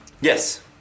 Yes